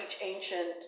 ancient